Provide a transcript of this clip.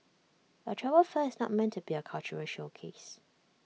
A travel fair is not meant to be A cultural showcase